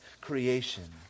creation